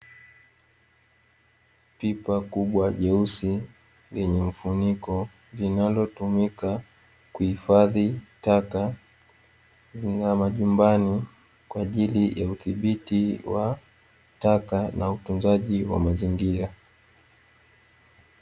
Pipa kubwa jeusi lenye mfuniko linalotumika kuhifadhi taka za majumbani kwa ajili ya udhibiti wa taka na utunzaji wa mazingira.